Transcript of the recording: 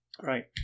right